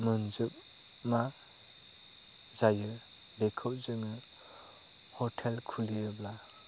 मोनजोबमा जायो बेखौ जोङो हटेल खुलियोब्ला